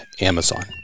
Amazon